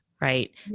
right